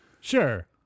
Sure